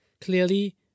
Clearly